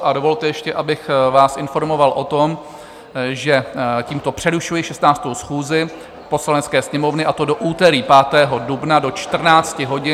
A dovolte ještě, abych vás informoval o tom, že tímto přerušuji 16. schůzi Poslanecké sněmovny, a to do úterý 5. dubna do 14 hodin.